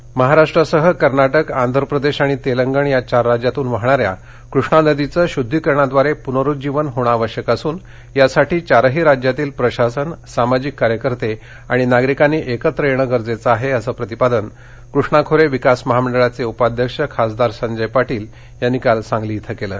बैठक महाराष्ट्रासह कर्नाटक आंध्र प्रदेश आणि तेलंगणा या चार राज्यांतून वाहणान्या कृष्णा नदीचं शुद्धीकरणाद्वारे प्नरूज्जीवन होणं आवश्यक असून यासाठी चारही राज्यांतील प्रशासन सामाजिक कार्यकर्ते आणि नागरिकांनी एकत्र येणे गरजेचे आहे असं प्रतिपादन कृष्णा खोरे विकास महामंडळाचे उपाध्यक्ष खासदार संजय पाटील यांनी काल सांगली इथं सांगितलं